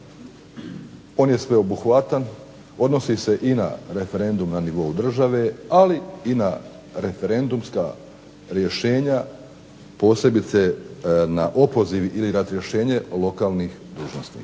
on je sveobuhvatan, odnosi se i na referendum na nivou države ali i na referendumska rješenja posebice na opoziv ili razrješenje lokalnih dužnosnika.